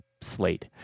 slate